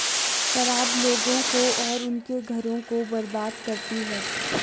शराब लोगों को और उनके घरों को बर्बाद करती है